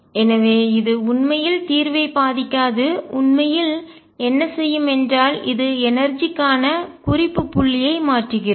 எனவே இது உண்மையில் தீர்வைப் பாதிக்காதுஉண்மையில் என்ன செய்யும் என்றால் இது எனர்ஜிக்கான ஆற்றல்க்கான குறிப்பு புள்ளியை மாற்றுகிறது